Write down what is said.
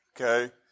okay